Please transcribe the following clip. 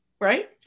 right